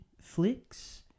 flicks